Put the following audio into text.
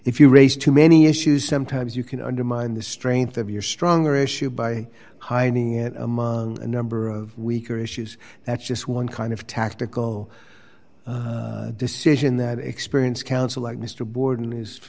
if you raise too many issues sometimes you can undermine the strength of your stronger issue by hiding it among a number of weaker issues that's just one kind of tactical decision that experience council like mr bord